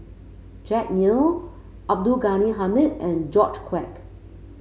Jack Neo Abdul Ghani Hamid and George Quek